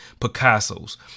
Picasso's